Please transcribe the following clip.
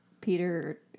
Peter